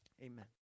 Amen